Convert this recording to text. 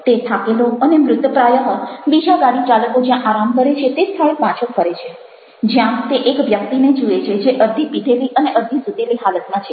તે થાકેલો અને મ્રુતપ્રાય બીજા ગાડીચાલકો જ્યાં આરામ કરે છે તે સ્થળે પાછો ફરે છે જ્યાં તે એક વ્યક્તિને જુએ છે જે અર્ધી પીધેલી અને અર્ધી સૂતેલી હાલતમાં છે